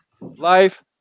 life